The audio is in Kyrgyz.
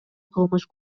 кылмыш